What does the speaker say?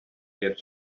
get